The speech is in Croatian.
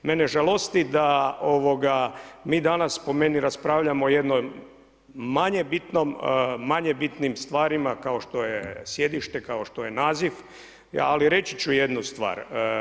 Mene žalosti da mi danas po meni raspravljamo po meni jednom manje bitnim stvarima kao što je sjedište, kao što je naziv, ali reći ću jednu stvar.